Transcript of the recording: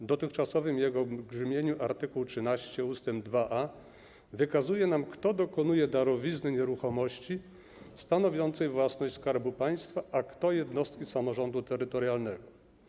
W dotychczasowym brzmieniu art. 13 ust. 2a wskazuje, kto dokonuje darowizny nieruchomości stanowiącej własność Skarbu Państwa, a kto - jednostki samorządu terytorialnego.